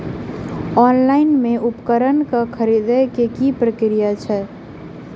Online मे उपकरण केँ खरीदय केँ की प्रक्रिया छै?